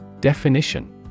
Definition